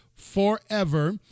forever